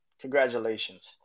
congratulations